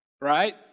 right